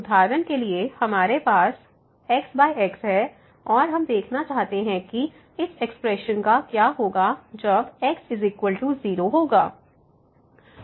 उदाहरण के लिए हमारे पास x x है और हम देखना चाहते हैं कि इस एक्सप्रेशन का क्या होगा जब x0 होगा